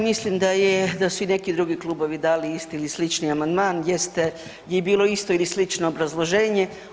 Mislim da je, da su i neki drugi klubovi dali isti ili slični amandman gdje ste, gdje je bilo isto ili slično obrazloženje.